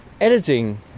editing